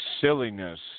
silliness